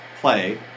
play